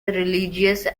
religiously